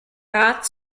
rat